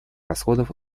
расходов